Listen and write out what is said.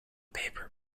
paper